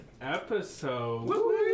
episode